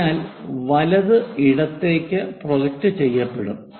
അതിനാൽ വലത് ഇടത്തേക്ക് പ്രൊജക്റ്റ് ചെയ്യ പെടും